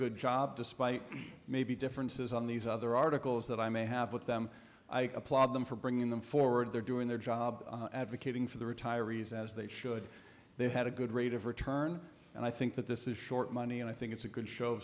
good job despite maybe differences on these other articles that i may have with them i applaud them for bringing them forward they're doing their job advocating for the retirees as they should they had a good rate of return and i think that this is short money and i think it's a good show